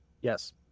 Yes